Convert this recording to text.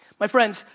my friends,